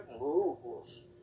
rules